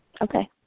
Okay